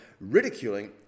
ridiculing